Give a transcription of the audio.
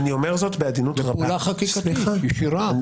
זאת פעולה חקיקתית ישירה.